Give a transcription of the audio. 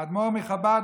האדמו"ר מחב"ד,